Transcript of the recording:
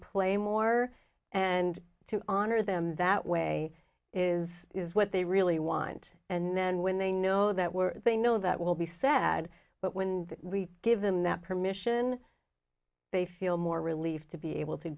play more and to honor them that way is is what they really want and then when they know that we're they know that will be sad but when we give them that permission they feel more relieved to be able to